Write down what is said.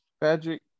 Patrick